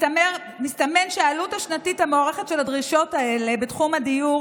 מסתמן שהעלות השנתית המוערכת של הדרישות האלה בתחום הדיור